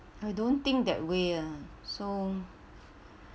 I don't think that way so